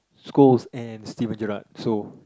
schools and Steven-Gerrard so